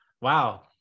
wow